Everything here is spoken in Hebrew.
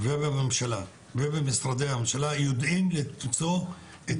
בממשלה ובמשרדי הממשלה יודעים למצוא את